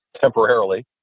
temporarily